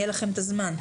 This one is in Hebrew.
יהיה לכם את הזמן.